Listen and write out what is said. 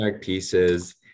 pieces